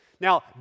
Now